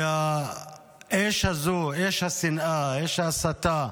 כי האש הזו, אש השנאה, אש הסתה,